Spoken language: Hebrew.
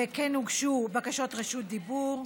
וכן הוגשו בקשות רשות דיבור.